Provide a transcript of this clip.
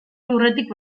lurretik